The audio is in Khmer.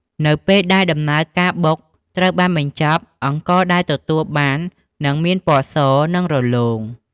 នៅពេលដែលដំណើរការបុកត្រូវបានបញ្ចប់ អង្ករដែលទទួលបាននឹងមានពណ៌ស និងរលោង។